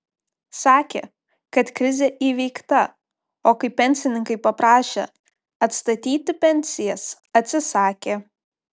sakė kad krizė įveikta o kai pensininkai paprašė atstatyti pensijas atsisakė